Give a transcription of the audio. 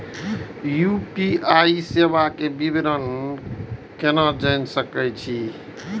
UPI सेवा के विवरण केना जान सके छी?